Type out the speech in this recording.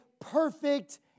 perfect